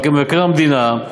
מבקר המדינה,